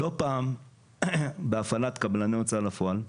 לא פעם בהפעלת קבלני הוצאה לפועל,